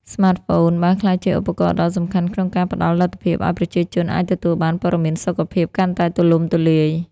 ស្មាតហ្វូនបានក្លាយជាឧបករណ៍ដ៏សំខាន់ក្នុងការផ្តល់លទ្ធភាពឲ្យប្រជាជនអាចទទួលបាន ព័ត៌មានសុខភាព កាន់តែទូលំទូលាយ។